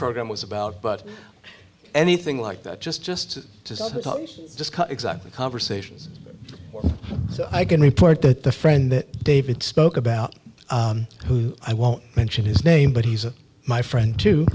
program was about but anything like that just just just exactly conversations so i can report that the friend that david spoke about who i won't mention his name but he's my friend too